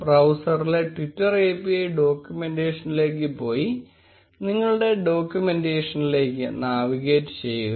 ബ്രൌസറിലെ Twitter API ഡോക്യുമെന്റേഷനിലേക്ക് പോയി ഡോക്യുമെന്റേഷനിലേക്ക് നാവിഗേറ്റ് ചെയ്യുക